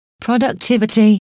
productivity